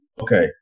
okay